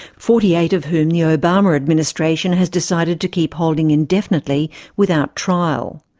forty eight of whom the obama administration has decided to keep holding indefinitely without trial.